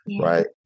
Right